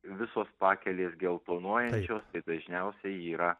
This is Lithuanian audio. visos pakelės geltonuojančios dažniausiai yra